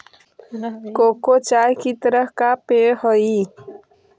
cocoa चाय की तरह का पेय हई